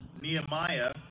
Nehemiah